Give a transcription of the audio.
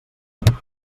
gasta